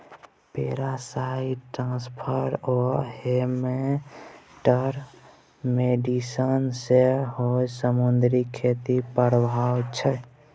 parasite transfer आ habitat modification सेहो समुद्री खेतीक प्रभाब छै